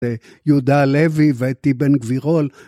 יהודה הלוי והייתי בן גבירול.